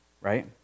right